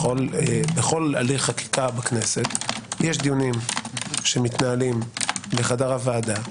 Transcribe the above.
בכל הליך חקיקה בכנסת יש דיונים שמתנהלים בחדר הוועדה.